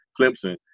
Clemson